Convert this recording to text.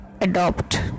adopt